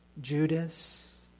Judas